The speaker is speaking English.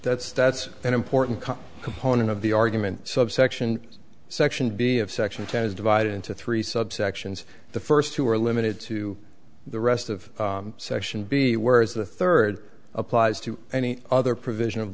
that's that's an important component of the argument subsection section b of section ten is divided into three subsections the first two are limited to the rest of section b whereas the third applies to any other provision of